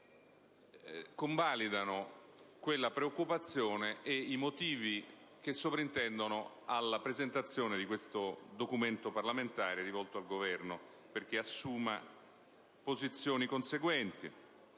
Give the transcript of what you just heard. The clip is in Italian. convalidano quella preoccupazione e i motivi sottesi alla presentazione di questo documento parlamentare rivolto al Governo perché assuma posizioni conseguenti.